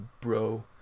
bro